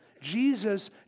Jesus